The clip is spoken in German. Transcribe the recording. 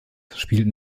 spielten